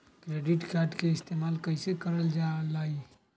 Credit card के इस्तेमाल कईसे करल जा लई?